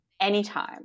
anytime